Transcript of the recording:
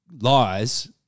lies